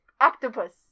octopus